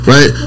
Right